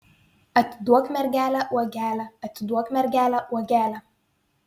atiduok mergelę uogelę atiduok mergelę uogelę